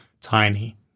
tiny